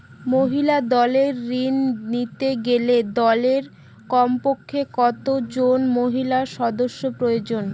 মহিলা দলের ঋণ নিতে গেলে দলে কমপক্ষে কত জন মহিলা সদস্য প্রয়োজন?